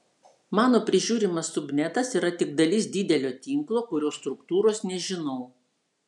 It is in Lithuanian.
mano prižiūrimas subnetas yra tik dalis didelio tinklo kurio struktūros nežinau